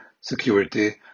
security